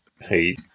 hey